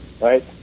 Right